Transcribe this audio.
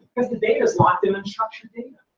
cause the data's locked in unstructured data.